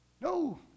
No